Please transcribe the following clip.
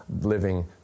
living